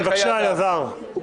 כן, בבקשה, אלעזר.